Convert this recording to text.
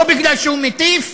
לא כי הוא מטיף,